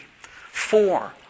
Four